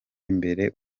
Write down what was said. imbere